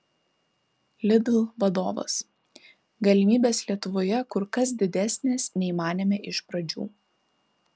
lidl vadovas galimybės lietuvoje kur kas didesnės nei manėme iš pradžių